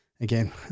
Again